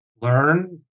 learn